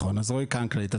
אני מכללית,